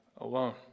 alone